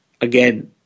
again